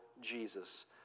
Jesus